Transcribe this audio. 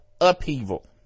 upheaval